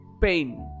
pain